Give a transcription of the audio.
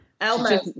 Elmo